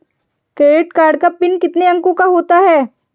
Credit card का pin कितने अंकों का होता है?